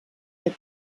der